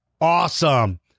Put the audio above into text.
awesome